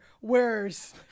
wears